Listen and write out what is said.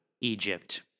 Egypt